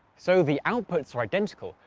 so the outputs are identical,